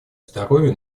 здоровье